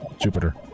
Jupiter